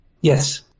Yes